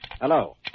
Hello